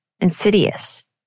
insidious